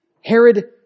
Herod